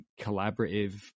collaborative